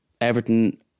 Everton